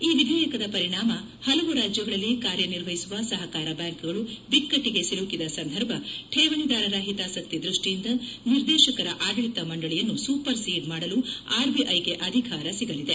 ಈ ವಿಧೇಯಕದ ಪರಿಣಾಮ ಪಲವು ರಾಜ್ಯಗಳಲ್ಲಿ ಕಾರ್ಯನಿರ್ವಹಿಸುವ ಸಹಕಾರ ಬ್ಯಾಂಕ್ಗಳು ಬಿಕ್ಕಟ್ಟಿಗೆ ಸಿಲುಕಿದ ಸಂದರ್ಭ ಕೇವಣಿದಾರರ ಹಿತಾಸಕ್ತಿ ದೃಷ್ಟಿಯಿಂದ ನಿರ್ದೇಶಕರ ಆಡಳಿತ ಮಂಡಳಿಯನ್ನು ಸೂಪರ್ಸೀಡ್ ಮಾಡಲು ಆರ್ಬಿಐಗೆ ಅಧಿಕಾರ ಸಿಗಲಿದೆ